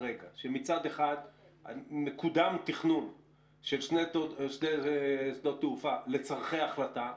כרגע שמצד אחד מקודם תכנון של שני שדות תעופה לצורכי החלטה,